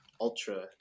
ultra